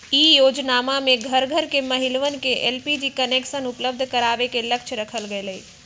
ई योजनमा में घर घर के महिलवन के एलपीजी कनेक्शन उपलब्ध करावे के लक्ष्य रखल गैले